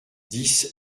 dix